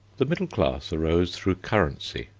the middle class arose through currency,